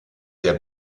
der